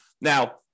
Now